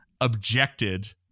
objected